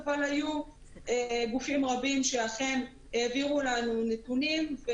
אבל היו גופים רבים שאכן העבירו לנו נתונים.